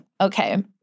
Okay